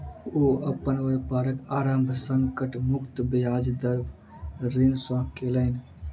ओ अपन व्यापारक आरम्भ संकट मुक्त ब्याज दर ऋण सॅ केलैन